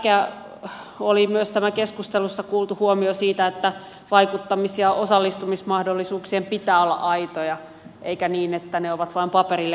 tärkeä oli myös tämä keskustelussa kuultu huomio siitä että vaikuttamis ja osallistumismahdollisuuksien pitää olla aitoja eikä niin että ne ovat vain paperille kirjattuja